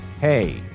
hey